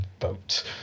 vote